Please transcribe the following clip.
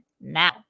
now